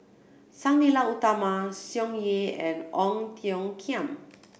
Sang Nila Utama Song Yeh and Ong Tiong Khiam